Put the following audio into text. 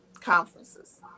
conferences